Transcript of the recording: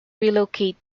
relocate